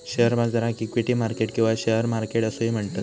share बाजाराक equity market किंवा share market असोही म्हणतत